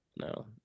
No